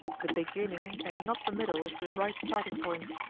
the beginning, and not the middle, is the right starting point.